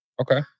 Okay